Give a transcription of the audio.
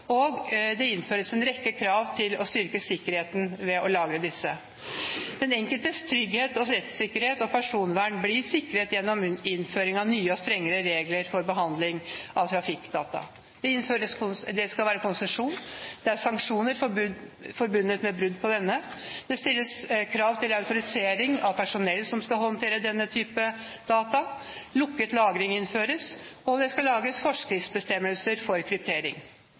og det innføres en rekke krav for å styrke sikkerheten ved å lagre disse. Den enkeltes trygghet, rettssikkerhet og personvern blir sikret gjennom innføring av nye og strengere regler for behandling av trafikkdata: Det skal være konsesjon, og det er sanksjoner forbundet med brudd på denne. Det stilles krav til autorisering av personell som skal håndtere denne typen data. Lukket lagring innføres. Det skal lages forskriftsbestemmelser for kryptering.